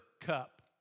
cup